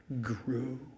grew